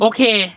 Okay